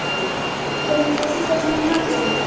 we don't have one. then clear some space on the counter.